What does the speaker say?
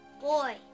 Boy